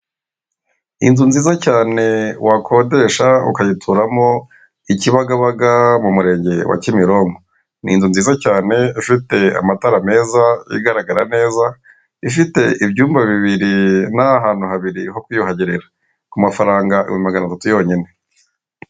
Inzu nziza cyane wakodesha ukayituramo i Kibagabaga mu murenge wa Kimironko. Ni inzu nziza cyane ifite amatara meza igaragara neza, ifite ibyumba bibiri n'ahantu habiri ho kwiyuhagirira, ku mafaranga ibihimbi magana atatu yonyine.